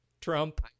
Trump